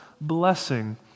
blessing